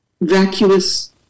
vacuous